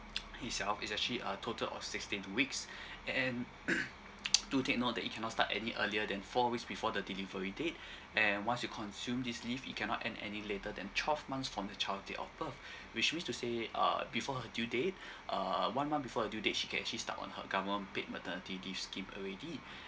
itself is actually a total of sixteen weeks and do take note that it cannot start any earlier than four weeks before the delivery date and once you consume this leave it cannot end any later than twelve months from the child date of birth which which to say uh before her due date uh one month before her due date she can actually start on her government paid maternity leave scheme already